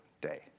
day